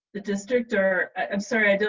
the district, or i'm sorry, and